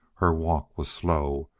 her walk was slow,